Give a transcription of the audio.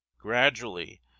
gradually